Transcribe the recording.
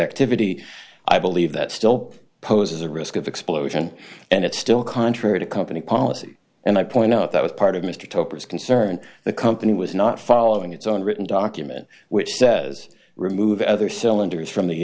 activity i believe that still poses a risk of explosion and it's still contrary to company policy and i point out that was part of mr copas concern the company was not following its own written document which says remove other cylinders